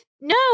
No